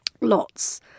Lots